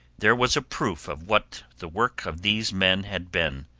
there was a proof of what the work of these men had been.